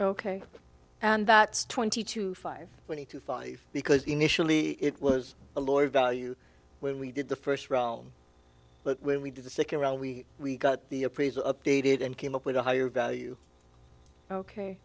ok and that's twenty two five twenty two five because initially it was a lawyer value when we did the first round but when we did the second round we we got the appraiser updated and came up with a higher value ok